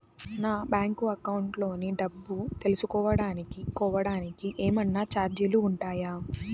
నా bank account లోని డబ్బు తెలుసుకోవడానికి కోవడానికి ఏమన్నా చార్జీలు ఉంటాయా?